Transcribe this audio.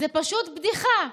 זאת פשוט בדיחה.